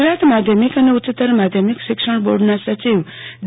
ગુજરાત માધ્યમિક અને ઉચ્ચતર માધ્યમિક શિક્ષણ બોર્ડના સચિવ ડી